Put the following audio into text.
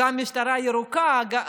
גם משטרה ירוקה.